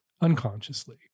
unconsciously